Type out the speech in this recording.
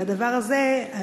והדבר הזה,